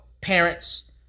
parents